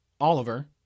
Oliver